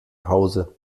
pause